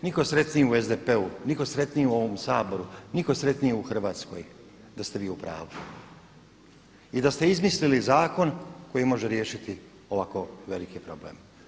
Nitko sretniji u SDP-u, nitko sretniji u ovom Saboru, nitko sretniji u Hrvatskoj da ste vi u pravu i da ste izmislili zakon koji može riješiti ovako veliki problem.